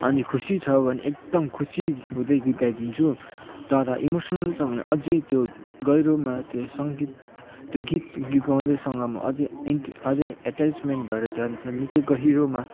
अनि खुसी छ भने एकदम खुसी हुँदै गीत गाइदिन्छु तर इमोसनल छ भने अझै त्यो गहिरोमा त्यो सङ्गीत त्यो गीत गीत गाउनेसँग म अझै एन्ट अझै एट्याचमेन्ट भएर जान्छ निकै गहिरोमा